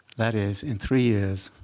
that is, in three years,